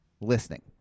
listening